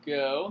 go